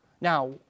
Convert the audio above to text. Now